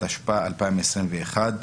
התשפ"א-2021.